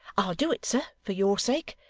i'll do it, sir, for your sake.